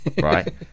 right